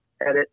edit